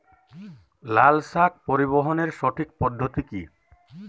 লালশাক পরিবহনের সঠিক পদ্ধতি কি?